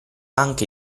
anche